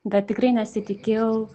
bet tikrai nesitikėjau